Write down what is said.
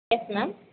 yes ma'am